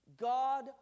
God